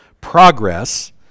progress